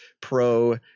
pro